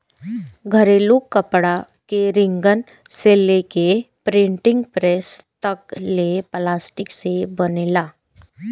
घरेलू कपड़ा के रिंगर से लेके प्रिंटिंग प्रेस तक ले प्लास्टिक से बनेला